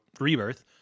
Rebirth